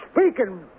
speaking